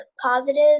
positive